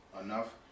enough